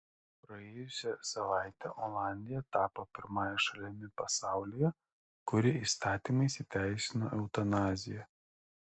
praėjusią savaitę olandija tapo pirmąja šalimi pasaulyje kuri įstatymais įteisino eutanaziją